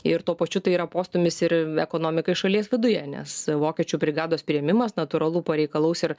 ir tuo pačiu tai yra postūmis ir ekonomikai šalies viduje nes vokiečių brigados priėmimas natūralu pareikalaus ir